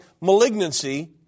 malignancy